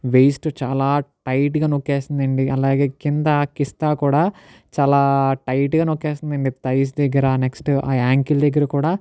waste చాలా టైట్గా నొక్కేస్తుంది అండి అలాగే కింద కిస్తా కూడా చాలా టైట్గా నొక్కేస్తుంది అండి థైస్ దగ్గర నెక్స్ట్ ఆ యాంకిల్ దగ్గర కూడా